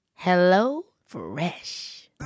HelloFresh